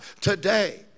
today